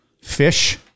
fish